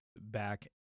back